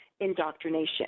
Indoctrination